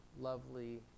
lovely